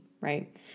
right